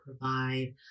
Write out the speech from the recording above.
provide